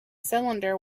cylinder